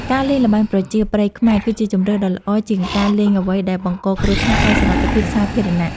ការលេងល្បែងប្រជាប្រិយខ្មែរ គឺជាជម្រើសដ៏ល្អជាងការលេងអ្វីដែលបង្កគ្រោះថ្នាក់ដល់សុវត្ថិភាពសាធារណៈ។